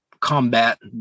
combat